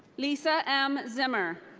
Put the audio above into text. lisa m. zimmer.